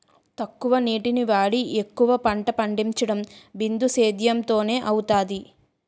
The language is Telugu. తక్కువ నీటిని వాడి ఎక్కువ పంట పండించడం బిందుసేధ్యేమ్ తోనే అవుతాది